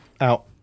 out